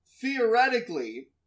theoretically